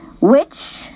Which